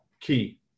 key